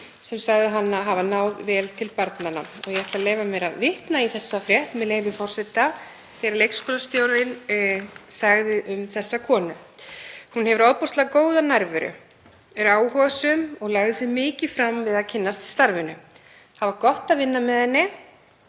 sem sagði hana hafa náð vel til barnanna. Ég ætla að leyfa mér að vitna í þessa frétt, með leyfi forseta, í það sem aðstoðarleikskólastjórinn sagði um þessa konu: „Hún hefur ofboðslega góða nærveru, er áhugasöm og lagði sig mikið fram við að kynnast starfinu. Það var gott að vinna með henni,